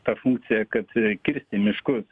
ta funkcija kad kirsti miškus